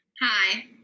Hi